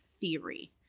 theory